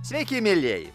sveiki mielieji